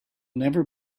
never